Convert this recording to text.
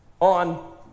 on